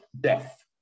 death